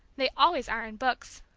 they always are, in books.